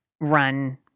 run